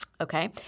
Okay